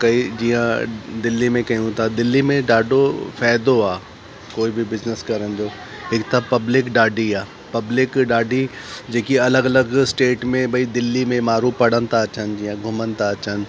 कई जीअं दिल्ली में कयूं था दिल्ली में ॾाढो फ़ाइदो आहे कोई बि बिज़िनिस करण जो हिकु त पब्लिक ॾाढी आहे पब्लिक ॾाढी जेकी अलॻि अलॻि स्टेट में भई दिल्ली में माण्हू पढ़णु था अचनि जीअं घुमणु था अचनि